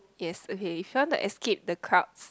is okay if you want to escape the crowds